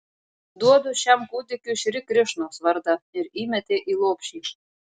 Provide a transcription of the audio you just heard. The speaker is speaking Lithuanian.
duodu šiam kūdikiui šri krišnos vardą ir įmetė į lopšį